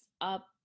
up